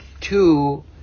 two